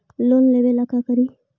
Loan लेबे ला का करि?